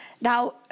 now